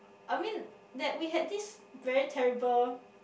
I mean that we had this very terrible